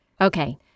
Okay